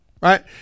right